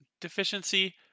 Deficiency